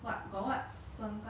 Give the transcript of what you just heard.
families of otters